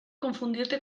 confundirte